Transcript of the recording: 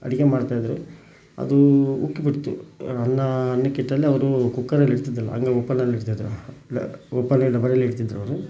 ಅಡುಗೆ ಮಾಡ್ತಾಯಿದ್ದರು ಅದೂ ಉಕ್ಕಿಬಿಡ್ತು ಅನ್ನ ಅನ್ನಕ್ಕೆ ಇಟ್ಟಲ್ಲಿ ಅವರು ಕುಕ್ಕರಲ್ಲಿ ಇಡ್ತಿದ್ದಿಲ್ಲ ಅದನ್ನು ಓಪನಲ್ಲಿ ಇಡ್ತಾಯಿದ್ದರು ಓಪನಲ್ಲಿ ಇಡ್ತಿದ್ದರವ್ರು